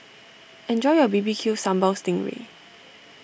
enjoy your B B Q Sambal Sting Ray